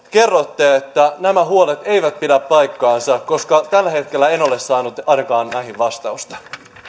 kerrotte että nämä huolet eivät pidä paikkaansa koska tällä hetkellä en ole saanut ainakaan näihin vastausta